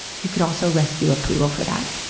you could also rescue a poodle for that,